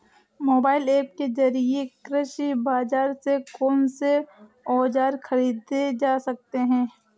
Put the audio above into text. Mobile app के जरिए कृषि बाजार से कौन से औजार ख़रीदे जा सकते हैं?